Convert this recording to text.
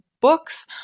books